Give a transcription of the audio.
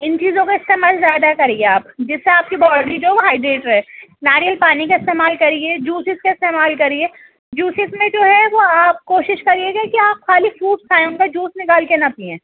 ان چیزوں کا استعمال زیادہ کریے آپ جس سے آپ کی باڈی جو ہے ہائڈریٹ رہے ناریل پانی کا استعمال کریے جوسس کا استعمال کریے جوسس میں جو ہے وہ آپ کوشش کریے کہ آپ خالی فروٹ کھائیں ان کا جوس نکال کر نہ پئیں